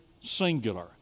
singular